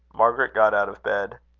margaret got out of bed.